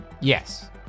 Yes